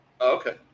Okay